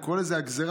אני קורא לזה הגזרה,